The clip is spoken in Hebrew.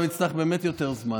אני עכשיו אצטרך באמת יותר זמן.